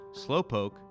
slowpoke